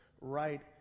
right